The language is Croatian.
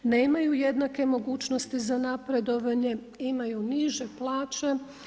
Nemaju jednake mogućnosti za napredovanje, imaju niže plaće.